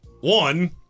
one